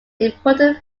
important